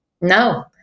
No